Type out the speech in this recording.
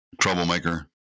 troublemaker